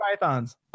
pythons